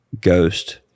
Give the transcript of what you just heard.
Ghost